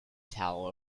towel